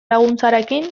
laguntzarekin